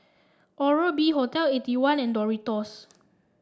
Oral B Hotel Eighty one and Doritos